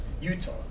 Utah